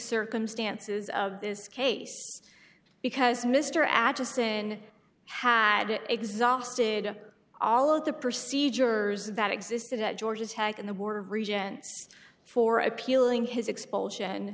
circumstances of this case because mr agist in had exhausted all of the procedures that existed at georgia tech in the war regions for appealing his expulsion